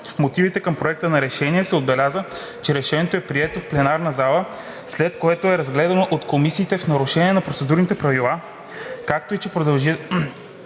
В мотивите към Проекта на решение се отбелязва, че Решението е прието в пленарна зала, след като е разгледано от комисиите в нарушение на процедурните правила, както и че продължилите